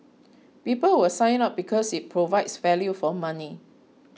people will sign up because it provides value for money